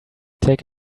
take